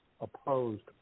opposed